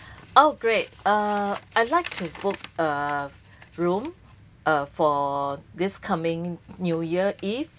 oh great uh I like to book a room for this coming new year eve